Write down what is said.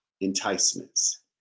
enticements